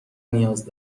نیاز